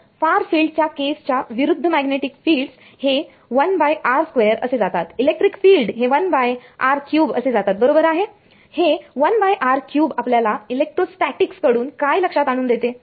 तर फार फिल्ड च्या केस च्या विरूद्ध मॅग्नेटिक फिल्डसहे असे जातात इलेक्ट्रिक फिल्ड हे असे जातात बरोबर आहे हे आपल्याला इलेक्ट्रोस्टॅटीक्स कडून काय लक्षात आणुन देते